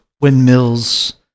windmills